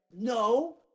no